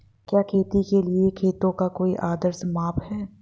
क्या खेती के लिए खेतों का कोई आदर्श माप है?